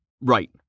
Right